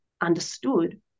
understood